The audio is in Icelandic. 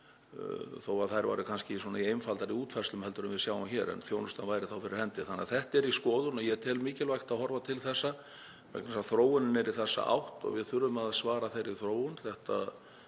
þó að þær væru kannski í einfaldari útfærslu en við sjáum hér. En þjónustan væri þá fyrir hendi. Þetta er í skoðun og ég tel mikilvægt að horfa til þessa vegna þess að þróunin er í þessa átt og við þurfum að svara þeirri þróun.